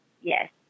Yes